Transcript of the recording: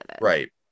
Right